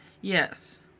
Yes